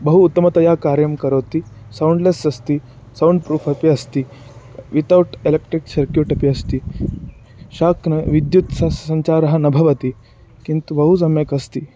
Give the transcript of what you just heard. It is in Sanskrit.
बहु उत्तमतया कार्यं करोति सौण्ड्लेस् अस्ति सौण्ड् प्रूफ़् अपि अस्ति वितौट् एलेट्रिक् सर्क्यूट् अपि अस्ति शाक् न विद्युत् सः सञ्चारः न भवति किन्तु बहु सम्यक् अस्ति